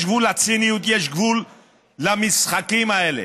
יש גבול לציניות, יש גבול למשחקים האלה.